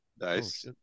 nice